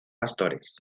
pastores